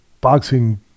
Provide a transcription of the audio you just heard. boxing